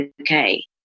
okay